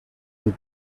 with